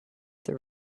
the